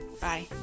Bye